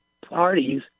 parties